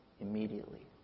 immediately